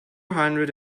hundred